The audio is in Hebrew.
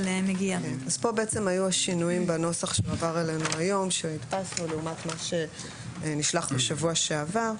פה היו שינויים בנוסח שעבר אלינו היום לעומת מה שנשלח בשבוע שעבר.